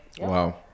Wow